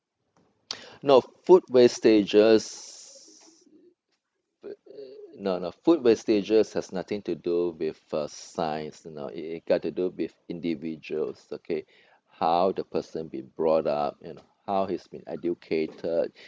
no food wastages no no food wastages has nothing to do with uh science you know it it got to do with individuals okay how the person been brought up you know how he's been educated